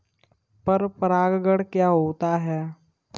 पर परागण क्या होता है?